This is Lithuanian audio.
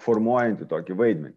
formuojantį tokį vaidmenį